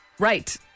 Right